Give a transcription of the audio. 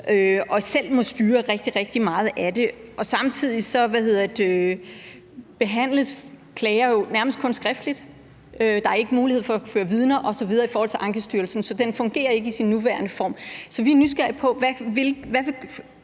må selv styre rigtig, rigtig meget af det. Samtidig behandles klager jo nærmest kun skriftligt. Der er ikke mulighed for at føre vidner osv. i forhold til Ankestyrelsen, så det fungerer ikke i sin nuværende form. Så vi er nysgerrige på, hvad